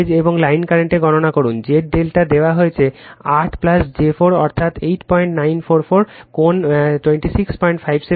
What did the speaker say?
phase এবং line কারেন্টের গণনা করুন Z ∆ দেওয়া হয়েছে 8 j 4 অর্থাৎ 8944 কোণ 2657o